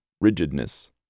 rigidness